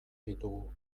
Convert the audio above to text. ditugu